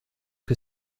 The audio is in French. que